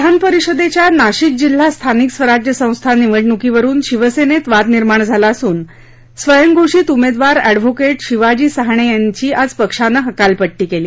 विधान परिषदेच्या नाशिक जिल्हा स्थानिक स्वराज्य संस्था निवडणुकीवरून शिवसेनेत वाद निर्माण झाला असून स्वयंघोषित उमेदवार अद्व शिवाजी सहाणे यांची आज पक्षानं हकालपट्टी केली